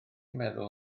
meddwl